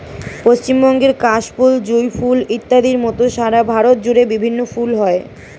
পশ্চিমবঙ্গের কাশ ফুল, জুঁই ফুল ইত্যাদির মত সারা ভারত জুড়ে বিভিন্ন ফুল হয়